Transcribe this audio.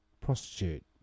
prostitute